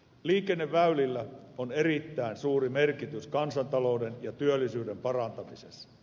liikenneväylillä on erittäin suuri merkitys kansantalouden ja työllisyyden parantamisessa